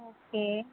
okay